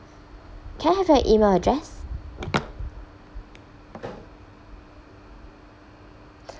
can I have your email address